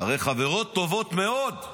הרי הן חברות טובות מאוד.